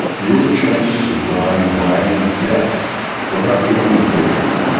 your chances of dying a violent death were about one in fifty.